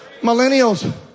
Millennials